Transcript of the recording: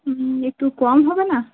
হুম একটু কম হবে না